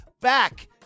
back